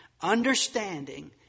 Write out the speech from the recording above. understanding